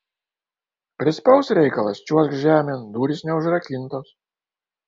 prispaus reikalas čiuožk žemėn durys neužrakintos